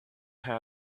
had